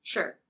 Sure